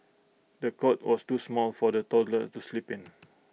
the cot was too small for the toddler to sleep in